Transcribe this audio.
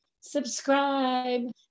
subscribe